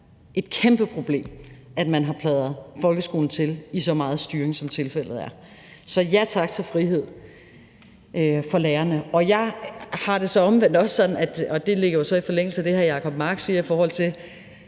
et kæmpe problem, at man har pladret folkeskolen til i så meget styring, som tilfældet er. Så ja tak til frihed for lærerne. Jeg har det så omvendt også sådan – og det ligger så i forlængelse af det, hr. Jacob Mark siger – at der vel